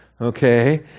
Okay